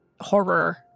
horror